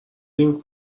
نمی